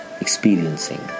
experiencing